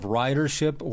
ridership